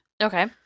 Okay